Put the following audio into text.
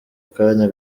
kanya